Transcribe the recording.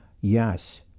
yes